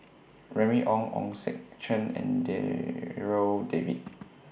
Remy Ong Ong Sek Chern and Darryl David